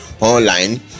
online